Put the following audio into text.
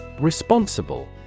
Responsible